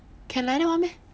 can like that [one] meh